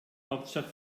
hauptstadt